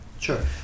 Sure